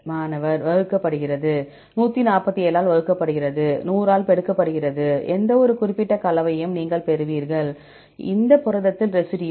மாணவர் வகுக்கப்படுகிறது 147 ஆல் வகுக்கப்படுகிறது 100 ஆல் பெருக்கப்படுகிறது எந்தவொரு குறிப்பிட்ட கலவையையும் நீங்கள் பெறுவீர்கள் இந்த புரதத்தில் ரெசிடியூ